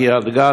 קריית-גת,